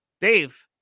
Dave